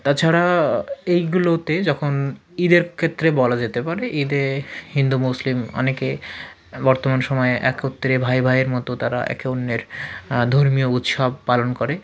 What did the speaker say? তাছাড়া এইগুলোতে যখন ঈদের ক্ষেত্রে বলা যেতে পারে ঈদে হিন্দু মুসলিম অনেকে বর্তমান সময়ে একত্রে ভাই ভাইয়ের মতো তারা একে অন্যের ধর্মীয় উৎসব পালন করে